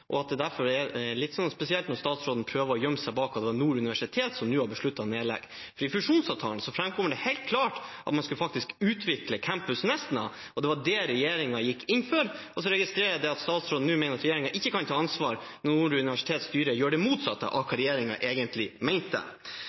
og at det derfor er litt spesielt når statsråden prøver å gjemme seg bak at det var Nord universitet som nå har besluttet å legge ned. I fusjonsavtalen framkommer det helt klart at man faktisk skal utvikle campus Nesna, og det var det regjeringen gikk inn for. Så registrerer jeg at statsråden nå mener at regjeringen ikke kan ta ansvar når Nord universitets styre gjør det motsatte av det regjeringen egentlig mente.